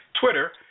Twitter